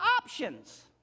options